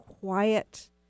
quiet